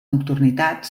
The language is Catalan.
nocturnitat